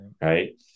right